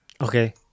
Okay